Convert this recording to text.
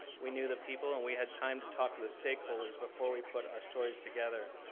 we knew the people and we had time to talk to the stakeholders before we put our stories together.